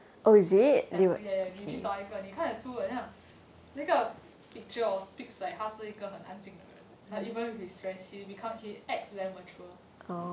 have ya ya 你去找一个你看得出好像那个 picture or speaks like 他是一很安静的人 like even with his friends he become he acts very mature